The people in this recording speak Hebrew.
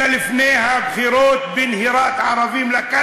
אז תשתמש